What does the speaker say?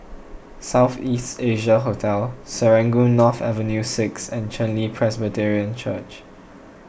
South East Asia Hotel Serangoon North Avenue six and Chen Li Presbyterian Church